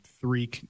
three